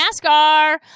NASCAR